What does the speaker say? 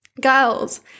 girls